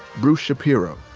bruce shapiro,